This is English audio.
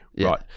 right